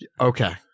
Okay